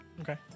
Okay